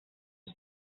sus